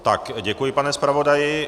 Tak, děkuji, pane zpravodaji.